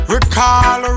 Recall